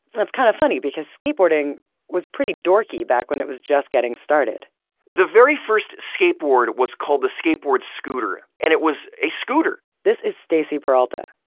that's kind of funny because skateboarding was pretty dorky back when it was just getting started the very first skateboard was called the skateboard scooter, and it was a scooter. this is stacy peralta,